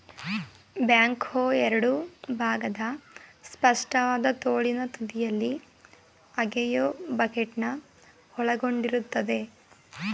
back ಹೋ ಎರಡು ಭಾಗದ ಸ್ಪಷ್ಟವಾದ ತೋಳಿನ ತುದಿಯಲ್ಲಿ ಅಗೆಯೋ ಬಕೆಟ್ನ ಒಳಗೊಂಡಿರ್ತದೆ